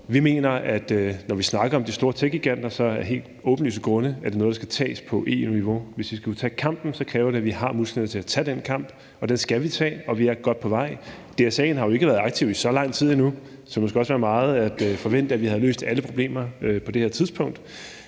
Vi mener, at når vi snakker om de store techgiganter, er det af helt åbenlyse grunde noget, der skal tages på EU-niveau. Hvis vi skal tage kampen, kræver det, at vi har musklerne til at tage den kamp, og den skal vi tage, og vi er godt på vej. DSA'en har jo ikke været aktiv i så lang tid endnu, så det ville måske også være meget at forvente, at vi havde løst alle problemer på det her tidspunkt.